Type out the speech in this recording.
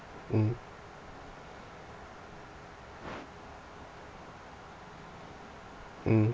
mmhmm mmhmm